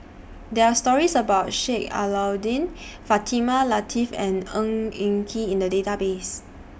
There Are stories about Sheik Alau'ddin Fatimah Lateef and Ng Eng Kee in The Database